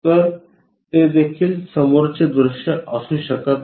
तर ते देखील समोरचे दृश्य असू शकत नाही